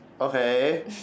okay